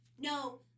no